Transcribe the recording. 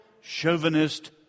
chauvinist